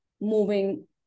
moving